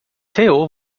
theo